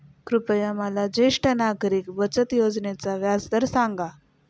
कृपया मला ज्येष्ठ नागरिक बचत योजनेचा व्याजदर सांगा